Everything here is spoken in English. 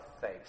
face